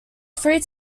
three